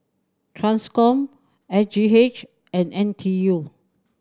Transcom S G H and N T U